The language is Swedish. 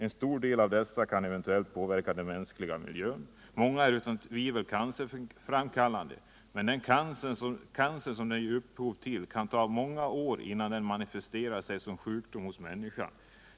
En stor del av dessa kan eventuellt påverka den mänskliga miljön. Många är utan tvivel cancerframkallande, men den cancer som de ger upphov till kan ta många år innan den manifesterar sig som sjukdom hos människan.